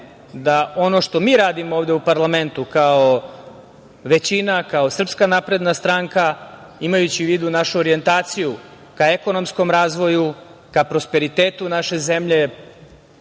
da ono što mi radimo ovde u parlamentu kao većina, kao SNS, imajući u vidu našu orijentaciju ka ekonomskom razvoju, ka prosperitetu naše zemlje,